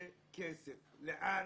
זה כסף, לאן,